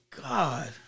god